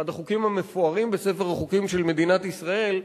אחד החוקים המפוארים בספר החוקים של מדינת ישראל,